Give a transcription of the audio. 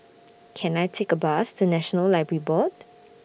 Can I Take A Bus to National Library Board